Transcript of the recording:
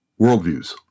worldviews